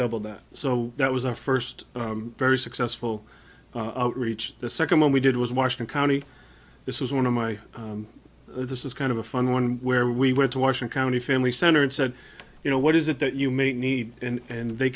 double that so that was our first very successful outreach the second one we did was washington county this is one of my this is kind of a fun one where we went to washington county family center and said you know what is it that you may need and